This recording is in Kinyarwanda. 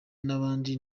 n’abandi